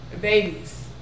babies